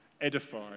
edify